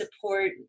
support